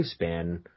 lifespan